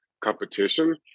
competition